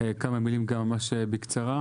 כמה מילים גם ממש בקצרה.